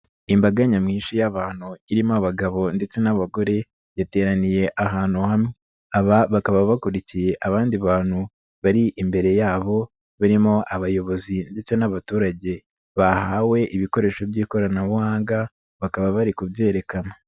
Imbaga nyamwinshi y'abantu irimo abagabo ndetse n'abagore yateraniye ahantu hamwe. Aba bakaba bakurikiye abandi bantu, bari imbere yabo, barimo abayobozi ndetse n'abaturage, bahawe ibikoresho by'ikoranabuhanga, bakaba bari kubyerekana.